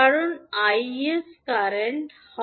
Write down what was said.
কারণ 𝐼 𝑠 কারেন্ট হয়